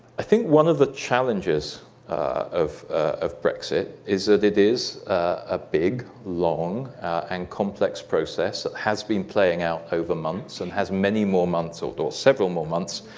i think one of the challenges of of brexit is that it is a big, long and complex process that has been playing out over months, and has many more months, or or several more months,